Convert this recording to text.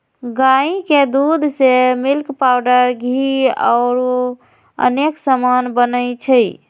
गाई के दूध से मिल्क पाउडर घीउ औरो अनेक समान बनै छइ